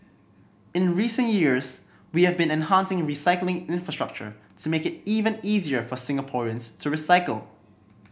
in recent years we have been enhancing recycling infrastructure to make it even easier for Singaporeans to recycle